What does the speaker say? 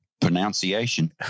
Pronunciation